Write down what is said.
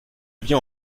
bien